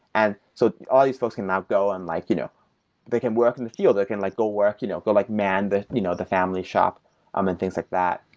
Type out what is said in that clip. and so all these folks can now go and like you know they can work in the field. they can like go work you know go like man the you know the family shop um and things like that.